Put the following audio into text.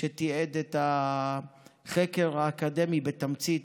שתיעד את החקר האקדמי בתמצית,